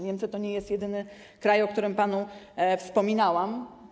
Niemcy to nie jest jedyny kraj, o którym panu wspominałam.